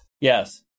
Yes